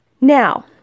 now